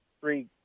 three